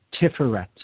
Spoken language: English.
Tiferet